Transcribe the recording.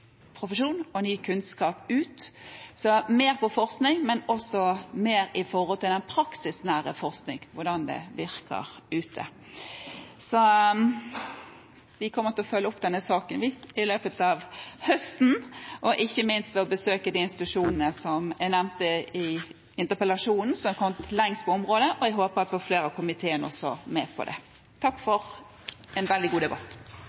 profesjon og ny kunnskap ute. Så vi bør ha mer forskning, mer av den praksisnære forskningen – hvordan dette virker ute. Vi kommer til å følge opp denne saken i løpet av høsten, ikke minst ved å besøke de institusjonene som er kommet lengst på området, som jeg nevnte i interpellasjonen. Jeg håper å få flere i komiteen med på det også. Takk for en veldig god debatt.